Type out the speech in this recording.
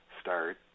start